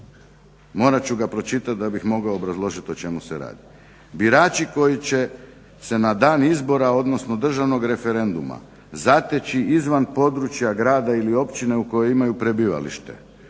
Morat ću ga pročitat da bih mogao obrazložit o čemu se radi. "Birači koji će se na dan izbora odnosno državnog referenduma zateći izvan područja grada ili općine u kojem imaju prebivalište,